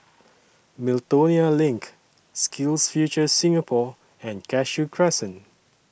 Miltonia LINK SkillsFuture Singapore and Cashew Crescent